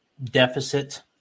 deficit